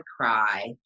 cry